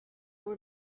were